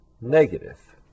negative